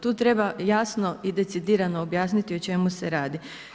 Tu treba jasno i decidirano objasniti o čemu se radi.